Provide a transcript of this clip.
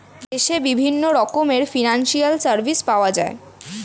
দেশে বিভিন্ন রকমের ফিনান্সিয়াল সার্ভিস পাওয়া যায়